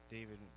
David